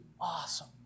awesome